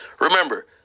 remember